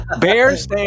Bears